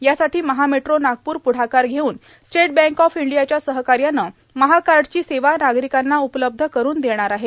यासाठी महामेट्रो नागपूर पुढाकार घेत स्टेट बँक ऑफ इंडियाच्या सहकार्यानं महाकार्डची सेवा नागरिकांना उपल्बध करून देणार आहे